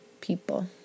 people